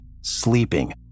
sleeping